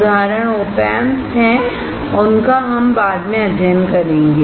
उदाहरण OP Amps हैं और उनका हम बाद में अध्ययन करेंगे